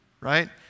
right